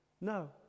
No